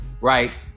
right